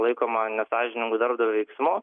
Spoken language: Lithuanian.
laikoma nesąžiningu darbdavio veiksmu